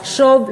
לחשוב,